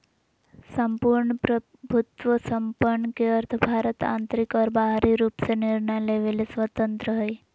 सम्पूर्ण प्रभुत्वसम्पन् के अर्थ भारत आन्तरिक और बाहरी रूप से निर्णय लेवे ले स्वतन्त्रत हइ